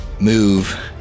move